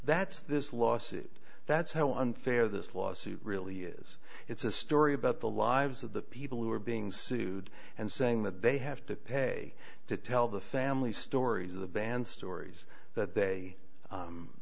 that's this lawsuit that's how unfair this lawsuit really is it's a story about the lives of the people who are being sued and saying that they have to pay to tell the family stories of the band's stories that they